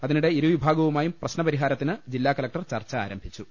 അതിനിടെ ഇരുവിഭാഗവുമായും പ്രശ്നപരിഹാരത്തിന് ജില്ലാ കലക്ടർ ചർച്ച ആരംഭിച്ചു